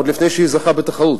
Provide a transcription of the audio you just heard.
עוד לפני שהוא זכה בתחרות.